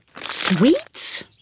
Sweets